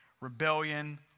rebellion